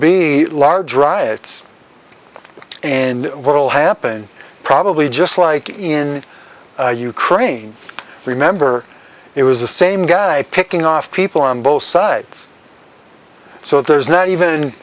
be large riots and what will happen probably just like in ukraine remember it was the same guy picking off people on both sides so there's not even